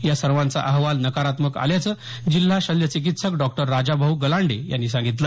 या सर्वांचा अहवाल नकारात्मक आल्याचं जिल्हा शल्यचिकित्सक डॉक्टर राजाभाऊ गलांडे यांनी सांगितलं